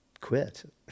quit